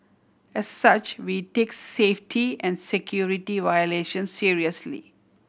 as such we take safety and security violations seriously